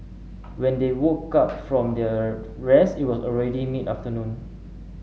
when they woke up from their rest it was already mid afternoon